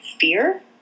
fear